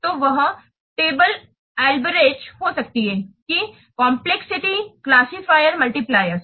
तो वह तालिका अल्ब्रेक्ट हो सकती है कि कम्प्लेक्सिटी क्लास्सिफ़िएर्स मल्टिप्लिएर्स